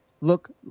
look